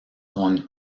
con